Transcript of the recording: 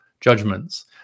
judgments